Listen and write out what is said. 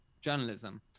journalism